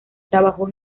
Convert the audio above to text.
trabajó